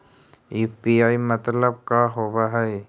UPI मतलब का होब हइ?